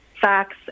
facts